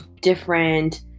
different